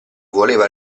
voleva